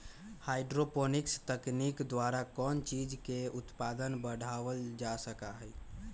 hydroponics तकनीक द्वारा कौन चीज के उत्पादन बढ़ावल जा सका हई